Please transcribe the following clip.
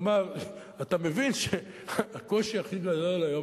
אתה מבין שהקושי הכי גדול היום,